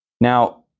Now